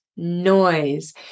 Noise